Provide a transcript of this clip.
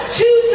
two